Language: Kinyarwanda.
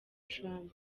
trump